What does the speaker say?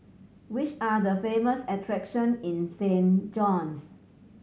which are the famous attraction in Saint John's